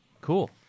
Cool